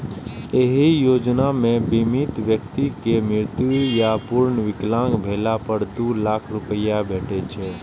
एहि योजना मे बीमित व्यक्ति के मृत्यु या पूर्ण विकलांग भेला पर दू लाख रुपैया भेटै छै